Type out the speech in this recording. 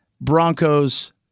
Broncos